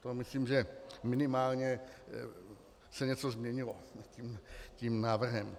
To myslím, že minimálně se něco změnilo tím návrhem.